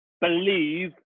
believe